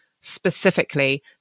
specifically